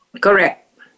Correct